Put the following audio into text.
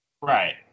Right